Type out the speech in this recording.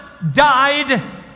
died